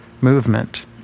movement